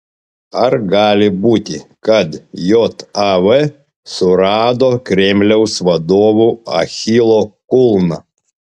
ar gali būti kad jav surado kremliaus vadovų achilo kulną